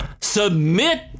submit